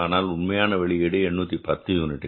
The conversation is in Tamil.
ஆனால் உண்மையான வெளியீடு 810 யூனிட்டுகள்